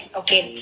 okay